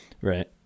Right